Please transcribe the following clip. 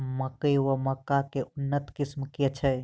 मकई वा मक्का केँ उन्नत किसिम केँ छैय?